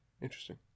Interesting